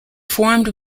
formed